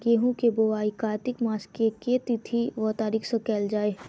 गेंहूँ केँ बोवाई कातिक मास केँ के तिथि वा तारीक सँ कैल जाए?